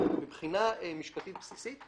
מבחינה משפטית בסיסית,